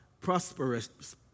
Prosperous